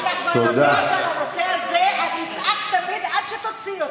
אתה כבר יודע שעל הנושא הזה אני אצעק תמיד עד שתוציא אותי.